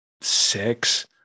six